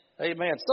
Amen